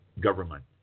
government